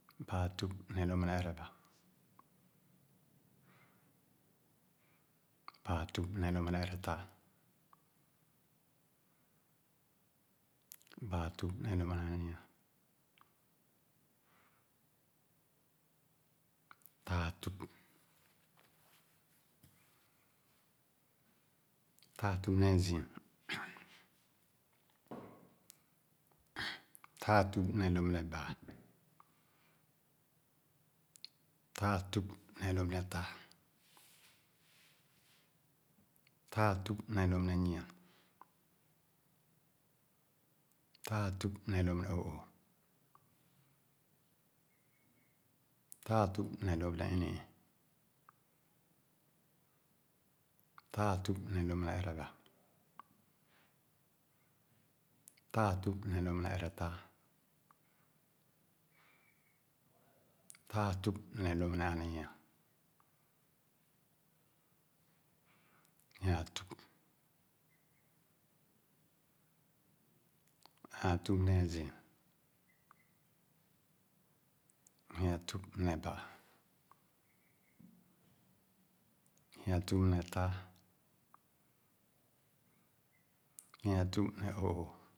Baa tüp lōp ne ereba, baa tüp me lōp ne erɛlāa, baa tüp ne lōp aninyia, taa tüp. Taa tüp ne azii, lāa tüp ne lōp ne baa, taa tüp ne lōp ne taa, taa tup ne lōp ne nyi-a, lāa tüp ne o’oo, lāa tüp ae lōp ne ini-ii, lāa tüp ne lōp ne ereba, lāa tüp ne lōp ne eretaa, lāa tup ne lōp ne aninyia, nyi-a tüp. Nyi-a tüp, ne azii, nyi-a tüp ne baa, nyi-a tup ne taa, nyi-a lūp ne nyi-a, nyi-a tup ne o’oo